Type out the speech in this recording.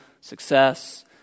success